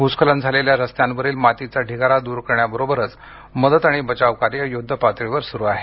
भुस्खलन झालेल्या रस्त्यांवरील मातीचा ढिगारा दूर करण्याबरेबरच मदत आणि बचावकार्य युध्दपातळीवर सुरु आहे